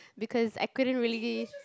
because I couldn't release